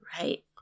Right